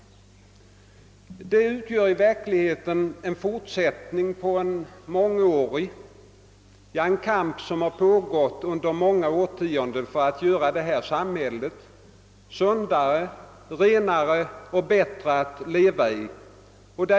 Dagens miljöpolitik utgör i verkligheten en fortsättning på en mångårig verksamhet, ja, en kamp som har pågått under årtionden för att göra vårt samhälle sundare, renare och bättre att 1eva i.